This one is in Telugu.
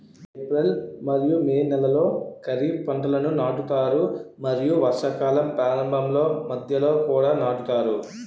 ఏప్రిల్ మరియు మే నెలలో ఖరీఫ్ పంటలను నాటుతారు మరియు వర్షాకాలం ప్రారంభంలో మధ్యలో కూడా నాటుతారు